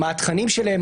מה התכנים שלהם,